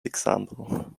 example